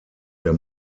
der